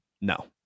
no